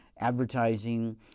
advertising